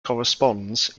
corresponds